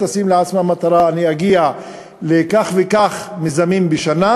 תשים לעצמה מטרה: אני אגיע לכך וכך מיזמים בשנה.